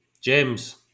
James